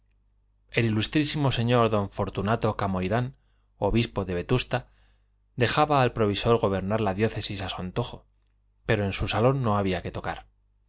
el ilustrísimo señor don fortunato camoirán obispo de vetusta dejaba al provisor gobernar la diócesis a su antojo pero en su salón no había de tocar